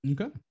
okay